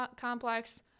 complex